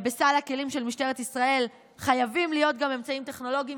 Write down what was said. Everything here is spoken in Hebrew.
בסל הכלים של משטרת ישראל חייבים להיות גם אמצעים טכנולוגיים